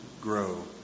grow